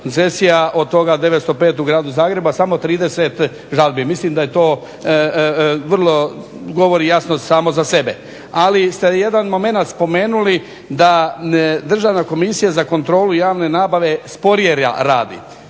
koncesija, od toga 905 u Gradu Zagrebu, a samo 30 žalbi. Mislim da je to vrlo govori jasno samo za sebe. Ali ste jedan momenat spomenuli da Državna komisija za kontrolu javne nabave sporije radi